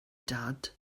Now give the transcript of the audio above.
dad